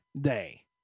day